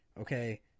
Okay